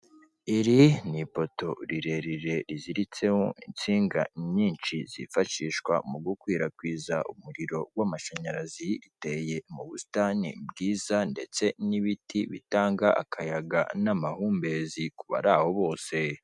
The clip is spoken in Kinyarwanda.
Iri ni ipoto rirerire riziritseho insinga nyinshi zifashishwa mu gukwirakwiza umuriro w'amashanyarazi riteye mu busitani bwiza ndetse n'ibiti bitanga akayaga n'amahumbezi ku bari aho bose.